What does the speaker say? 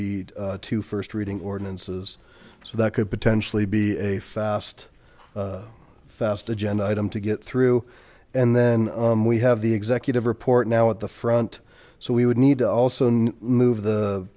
be to first reading ordinances so that could potentially be a fast fast agenda item to get through and then we have the executive report now at the front so we would need to also in move the